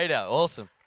Awesome